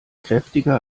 kräftiger